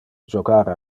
jocar